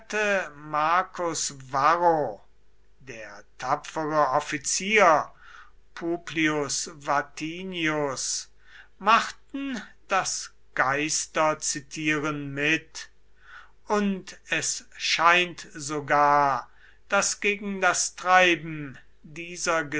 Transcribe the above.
varro der tapfere offizier publius vatinius machten das geisterzitieren mit und es scheint sogar daß gegen das treiben dieser